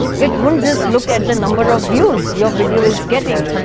it won't just look at the number of views your video is getting,